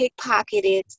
pickpocketed